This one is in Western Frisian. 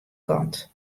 kant